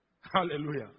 hallelujah